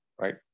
right